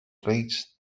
reit